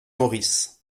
maurice